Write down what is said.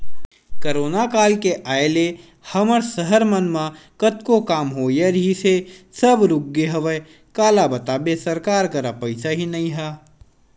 corona काल के आय ले हमर सहर मन म कतको काम होवइया रिहिस हे सब रुकगे हवय काला बताबे सरकार करा पइसा ही नइ ह